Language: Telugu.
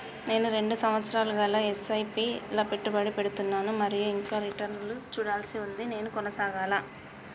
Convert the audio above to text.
నేను రెండు సంవత్సరాలుగా ల ఎస్.ఐ.పి లా పెట్టుబడి పెడుతున్నాను మరియు ఇంకా రిటర్న్ లు చూడాల్సి ఉంది నేను కొనసాగాలా?